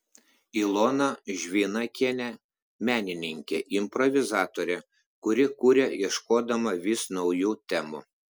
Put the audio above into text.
ilona žvinakienė menininkė improvizatorė kuri kuria ieškodama vis naujų temų